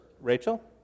Rachel